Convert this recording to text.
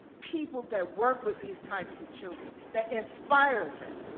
people that work with these types of children, that inspire them.